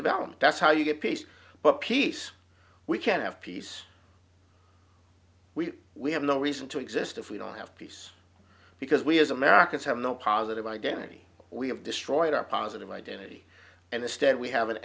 development that's how you get peace but peace we can't have peace we we have no reason to exist if we don't have peace because we as americans have no positive identity we have destroyed our positive identity and instead we have an